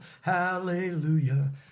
Hallelujah